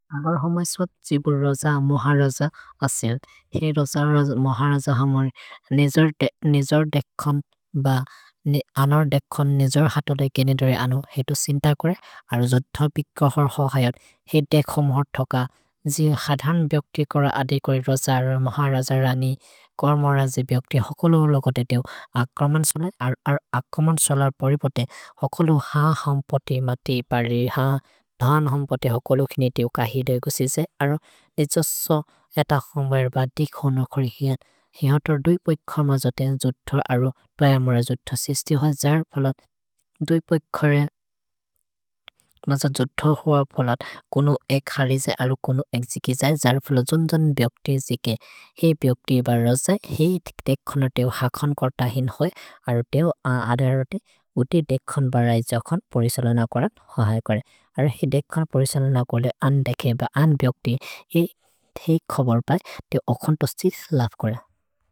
अमर् होमय् स्वत् जिबुर् रोज मोह रोज असिल्। हेइ रोज मोह रोज हमर् निजोर् देखोन् ब अनर् देखोन् निजोर् हतोले गेनेदरे अनु। हेतु सिन्त कुरे अरो जोद्धबि कहोर् हो हयत् हेइ देखो मोर् थोक। जिहधन् ब्योक्ति कोर अदिकोरि रोज हर मोह रोज रनि। कोर्मोर जे ब्योक्ति हुकुलु लोगोते तेउ। अ कोर्मन्सोलर् अर् अ कोर्मन्सोलर् परिपते हुकुलु ह हम्पते मति परि ह धन् हम्पते हुकुलु खिने तेउ कहिद एको सिसे। अरो निजोसो एत कोर्मोर् ब दिखोन् अकोरि हियत्। हिहतोर् दुइपोइ कोर्म जोते जोद्ध अरो ब्य मोर जोद्ध सिस्ति हो। जर फोल दुइपोइ कोर्म जोद्ध होअ फोल कुनु एक् हलिसे अलु कुनु एक् जिकि जै। जर फोल जुन्जन् ब्योक्ति जिकि। हेइ ब्योक्ति एब रोज हेइ देखोन तेउ हखोन् कोर्त हिन् होइ। अरो तेउ अधर ते उति देखोन् बरै जखोन् परिसलन कोरन् हो हय् कोरे। अरो हेइ देखोन परिसलन कोरे अन् देखेब। अन् ब्योक्ति हेइ खोबोर् बै तेउ अखोन्तो सिस्लफ् कोर।